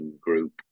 group